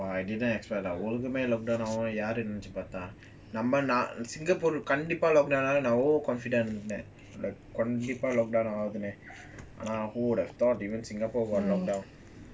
!wah! I didn't expect lah உலகமேஇந்நேரம்யாருநெனச்சிபார்த்தேன்நம்ம:ulagame inneram yaru nenachi parthen namma singapore கண்டிப்பா:kandipa who would have thought even singapore gonna lockdown